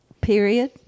period